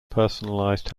personalized